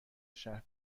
شهر